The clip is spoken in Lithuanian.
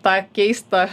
tą keistą